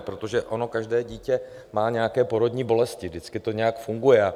Protože ono každé dítě má nějaké porodní bolesti, vždycky to nějak funguje.